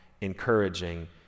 encouraging